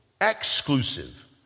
exclusive